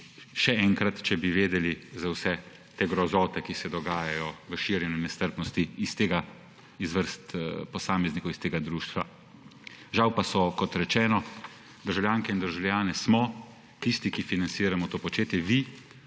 še enkrat, če bi vedeli za vse te grozote, ki se dogajajo pri širjenju nestrpnosti iz vrst posameznikov iz tega društva. Žal pa smo, kot rečeno, državljanke in državljani tisti, ki financiramo to početje, vi